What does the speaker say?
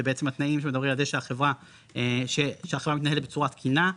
זה בעצם התנאים שמדברים על זה שהחברה מתנהלת בצורה תקינה,